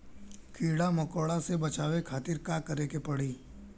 कीड़ा मकोड़ा से बचावे खातिर का करे के पड़ी?